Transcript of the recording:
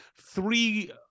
three